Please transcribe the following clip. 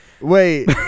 Wait